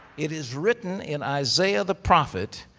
it is written in isaiah the prophet,